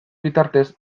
bitartez